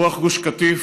רוח גוש קטיף,